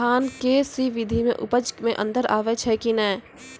धान के स्री विधि मे उपज मे अन्तर आबै छै कि नैय?